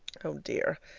oh dear,